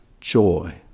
joy